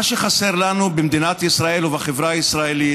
מה שחסר לנו במדינת ישראל ובחברה הישראלית